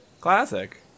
Classic